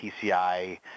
PCI